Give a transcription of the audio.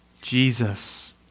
Jesus